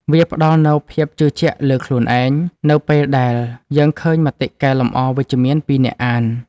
វាផ្ដល់នូវភាពជឿជាក់លើខ្លួនឯង នៅពេលដែលយើងឃើញមតិកែលម្អវិជ្ជមានពីអ្នកអាន។